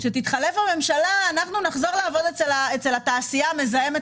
כשתתחלף הממשלה נחזור לעבוד אצל התעשייה המזהמת,